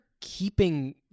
keeping